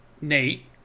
Nate